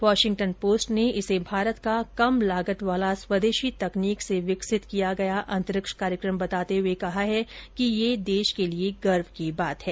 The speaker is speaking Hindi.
वॉशिंगटन पोस्ट ने इसे भारत का कम लागत वाला स्वदेशी तकनीक से विकसित किया गया अंतरिक्ष कार्यक्रम बताते हुए कहा है कि यह देश के लिए गर्व की बात है